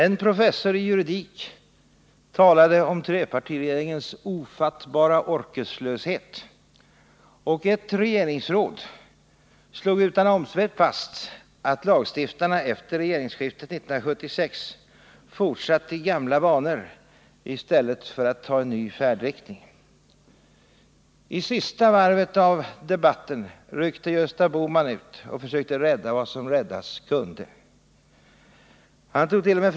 En professor i juridik talade om trepartiregeringens ”ofattbara orkeslöshet,” och ett regeringsråd slog utan omsvep fast att lagstiftarna efter regeringsskiftet 1976 fortsatte i gamla banor i stället för att ta en ny färdriktning. I debattens sista varv ryckte Gösta Bohman ut och försökte rädda vad som räddas kunde. Han togt.o.m.